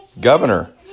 Governor